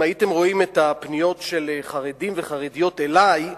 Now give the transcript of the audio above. אם הייתם רואים את הפניות של חרדים וחרדיות אלי,